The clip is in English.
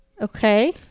Okay